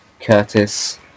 Curtis